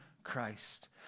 Christ